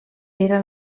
era